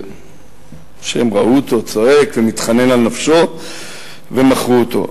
שהם ראו אותו צועק ומתחנן על נפשו, ומכרו אותו.